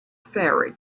faerie